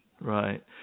right